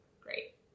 great